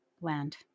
land